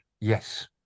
Yes